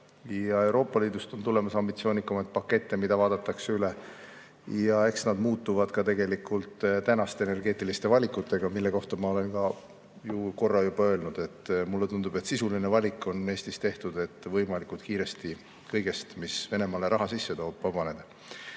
ja Euroopa Liidust on tulemas ambitsioonikamaid pakette, mida vaadatakse üle. Eks nad muutuvad ka tegelikult tänaste energeetiliste valikutega, mille kohta ma olen korra juba öelnud, et mulle tundub, et sisuline valik on Eestis tehtud, et võimalikult kiiresti kõigest, mis Venemaale raha sisse toob, vabaneda.